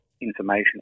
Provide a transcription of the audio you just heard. information